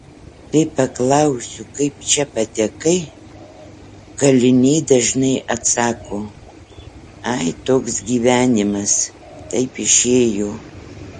kai paklausiu kaip čia patekai kaliniai dažnai atsako ai toks gyvenimas taip išėjo